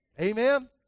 Amen